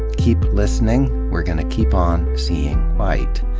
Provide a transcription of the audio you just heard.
keep listening. we're gonna keep on seeing white.